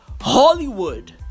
Hollywood